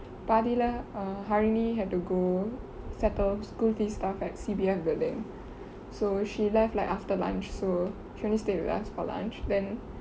பாதில:paathila uh harini had to go settle school fees stuff at C_P_F building so she left like after lunch so she only stayed with us for lunch then